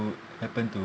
happen to